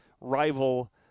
rival